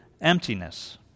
emptiness